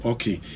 Okay